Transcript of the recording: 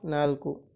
ನಾಲ್ಕು